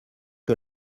que